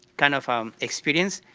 kind of um experience,